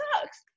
sucks